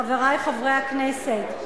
חברי חברי הכנסת,